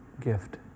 gift